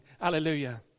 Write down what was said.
Hallelujah